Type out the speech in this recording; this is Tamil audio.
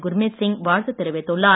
குர்மித் சிங் வாழ்த்து தெரிவித்துள்ளார்